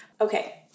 Okay